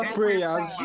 prayers